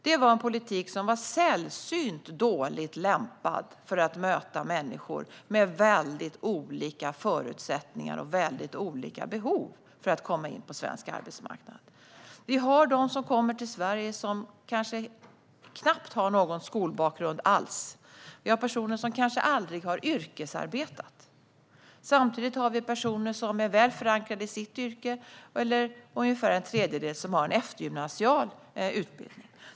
Det var en politik som var sällsynt dåligt lämpad för att möta människor med väldigt olika förutsättningar och behov för att komma in på svensk arbetsmarknad. En del av dem som kommer till Sverige har knappt någon skolbakgrund alls. Några personer kanske aldrig har yrkesarbetat. Samtidigt finns det personer som är väl förankrade i sitt yrke. Ungefär en tredjedel har en eftergymnasial utbildning.